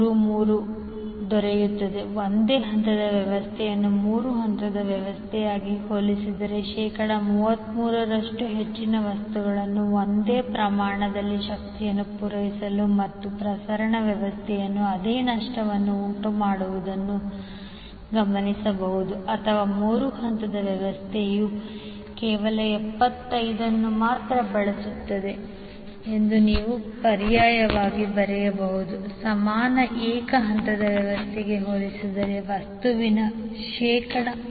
33 ಒಂದೇ ಹಂತದ ವ್ಯವಸ್ಥೆಯು ಮೂರು ಹಂತದ ವ್ಯವಸ್ಥೆಗೆ ಹೋಲಿಸಿದರೆ ಶೇಕಡಾ 33 ರಷ್ಟು ಹೆಚ್ಚಿನ ವಸ್ತುಗಳನ್ನು ಒಂದೇ ಪ್ರಮಾಣದ ಶಕ್ತಿಯನ್ನು ಪೂರೈಸಲು ಮತ್ತು ಪ್ರಸರಣ ವ್ಯವಸ್ಥೆಯಲ್ಲಿ ಅದೇ ನಷ್ಟವನ್ನು ಉಂಟುಮಾಡುವುದನ್ನು ನೀವು ಗಮನಿಸಬಹುದು ಅಥವಾ ಮೂರು ಹಂತದ ವ್ಯವಸ್ಥೆಯು ಕೇವಲ 75 ಅನ್ನು ಮಾತ್ರ ಬಳಸುತ್ತದೆ ಎಂದು ನೀವು ಪರ್ಯಾಯವಾಗಿ ಬರೆಯಬಹುದು ಸಮಾನ ಏಕ ಹಂತದ ವ್ಯವಸ್ಥೆಗೆ ಹೋಲಿಸಿದರೆ ವಸ್ತುವಿನ ಶೇಕಡಾ